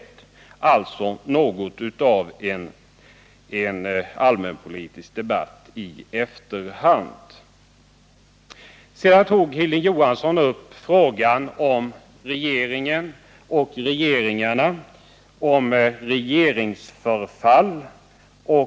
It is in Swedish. Det blir alltså något av en allmänpolitisk debatt i efterhand. Hilding Johansson tog upp frågan om regeringsförfall, både i vad gäller den nuvarande regeringen och tidigare regeringar.